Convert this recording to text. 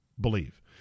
believe